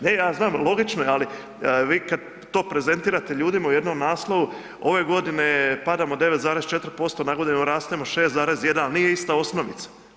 Ne, ja znam, logično je, ali vi kad to prezentirate ljudima u jednom naslovu, ove godine padamo 9,4%, na godinu rastemo 6,1, nije ista osnovica.